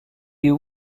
you